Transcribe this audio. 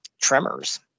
tremors